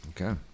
Okay